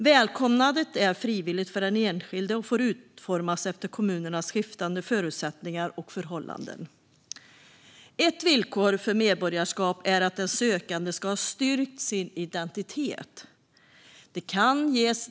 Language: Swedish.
Välkomnandet är frivilligt för den enskilde och får utformas efter kommunernas skiftande förutsättningar och förhållanden. Ett villkor för medborgarskap är att den sökande ska ha styrkt sin identitet.